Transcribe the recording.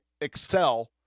excel